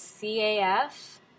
CAF